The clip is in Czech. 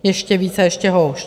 Ještě více a ještě houšť.